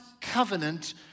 covenant